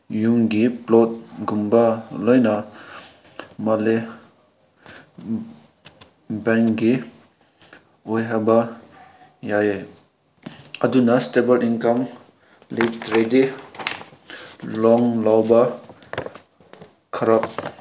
ꯌꯨꯝꯒꯤ ꯄ꯭ꯂꯣꯠꯀꯨꯝꯕ ꯂꯣꯏꯅ ꯃꯥꯂꯦ ꯕꯦꯡꯒꯤ ꯑꯣꯏ ꯍꯥꯏꯕ ꯌꯥꯏꯌꯦ ꯑꯗꯨꯅ ꯏꯁꯇꯦꯕꯜ ꯏꯟꯀꯝ ꯂꯩꯇ꯭ꯔꯗꯤ ꯂꯣꯟ ꯂꯧꯕ ꯈꯔ